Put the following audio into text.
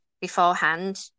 beforehand